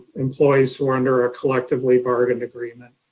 employees who are under a collectively bargained agreement.